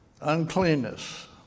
Uncleanness